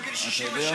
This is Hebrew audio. בגיל 70?